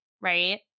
right